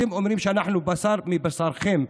אתם אומרים שאנחנו בשר מבשרכם,